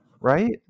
right